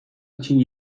için